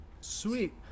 Sweet